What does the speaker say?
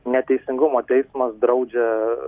ne teisingumo teismas draudžia